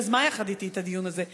שיזמה יחד אתי את הדיון הזה.